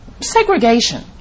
Segregation